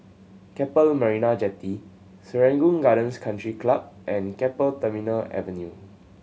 Keppel Marina Jetty Serangoon Gardens Country Club and Keppel Terminal Avenue